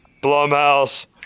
Blumhouse